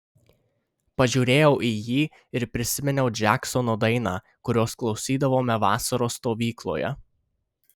pažiūrėjau į jį ir prisiminiau džeksono dainą kurios klausydavome vasaros stovykloje